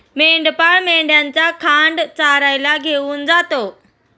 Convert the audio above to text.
मेंढपाळ मेंढ्यांचा खांड चरायला घेऊन जातो